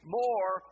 more